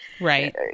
Right